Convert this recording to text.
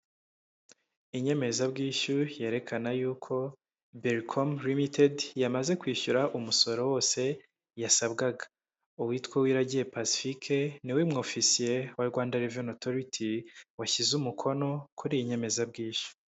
Inyemezabwishyu yerekana yuko bercom ltd yamaze kwishyura umusoro wose yasabwaga. Uwitwa Uwiragiye pacifique ni we mu ofisiye wa Rwanda revenue authority washyize umukono kuri iyi nyemezabwishyu.